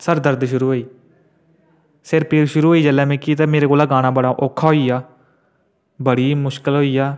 sir दर्द शुरु होई सिर पीड़ शुरु होई जेल्लै मिकी ते मेरे कोला गाना बड़ा औक्खा होई गेआ बड़ी मुश्कल होई गेआ